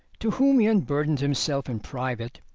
to whom he unburdened himself in private,